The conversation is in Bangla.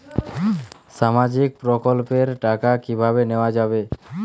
সামাজিক প্রকল্পের টাকা কিভাবে নেওয়া যাবে?